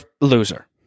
loser